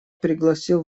пригласил